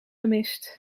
gemist